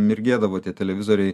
mirgėdavo tie televizoriai